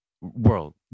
world